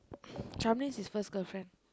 Shamini is his first girlfriend